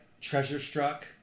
treasure-struck